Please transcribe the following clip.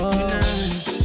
Tonight